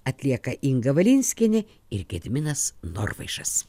atlieka inga valinskienė ir gediminas norvaišas